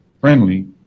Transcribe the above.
friendly